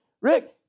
Rick